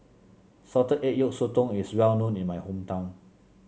Salted Egg Yolk Sotong is well known in my hometown